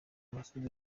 masoudi